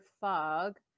fog